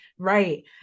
Right